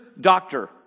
doctor